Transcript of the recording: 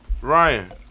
Ryan